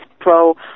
pro